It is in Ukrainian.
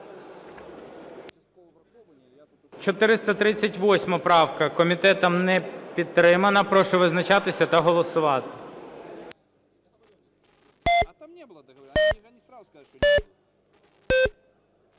438 правка. Комітетом не підтримана. Прошу визначатися та голосувати.